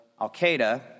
al-Qaeda